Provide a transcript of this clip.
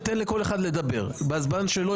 אני אתן לכל אחד לדבר בזמן שלו.